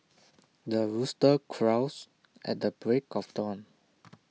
the rooster crows at the break of dawn